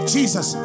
Jesus